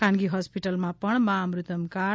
ખાનગી હોસ્પિટલમાં પણ માં અમૃતમ કાર્ડ